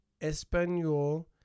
español